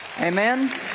amen